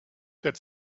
got